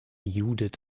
judith